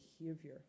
behavior